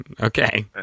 okay